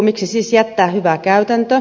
miksi siis jättää hyvä käytäntö